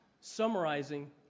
summarizing